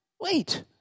Wait